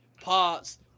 parts